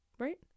right